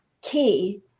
key